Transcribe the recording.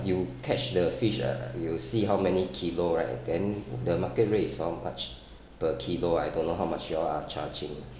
you catch the fish ah you will see how many kilo right then the market rate is so much per kilo I don't know how much you all charging